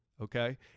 okay